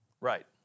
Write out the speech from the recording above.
Right